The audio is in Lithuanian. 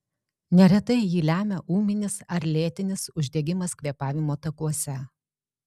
neretai jį lemia ūminis ar lėtinis uždegimas kvėpavimo takuose